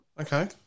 okay